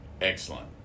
Excellent